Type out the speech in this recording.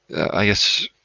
i guess,